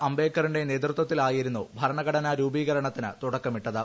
അംബേദ്ക്കറിന്റെ നേതൃതിത്തിലായിരുന്നു ഭരണഘടനാ രൂപീകരണത്തിനു തുടക്കുമിട്ടത്